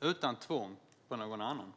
utan tvång från någon annan.